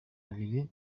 babiri